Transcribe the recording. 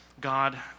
God